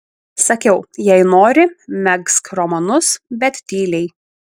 sakiau jei nori megzk romanus bet tyliai